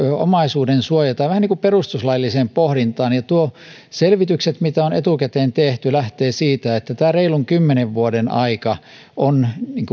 omaisuudensuoja tai vähän niin kuin perustuslailliseen pohdintaan ja nuo selvitykset mitä on etukäteen tehty lähtevät siitä että tämä reilun kymmenen vuoden aika on